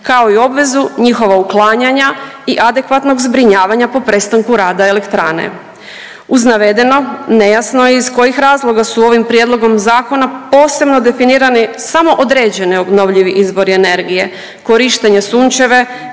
kao i obvezu njihova uklanjanja i adekvatnog zbrinjavanja po prestanku rada elektrane. Uz navedeno nejasno je iz kojih razloga su ovim prijedlogom zakona posebno definirani samo određeni obnovljivi izvori energije, korištenje sunčeve,